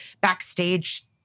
backstage